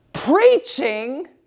preaching